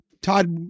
Todd